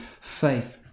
faith